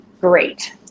great